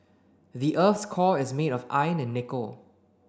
the earth's core is made of iron and nickel